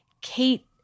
Kate